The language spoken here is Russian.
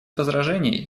возражений